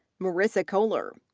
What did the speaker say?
marissa koehler.